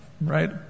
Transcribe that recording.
right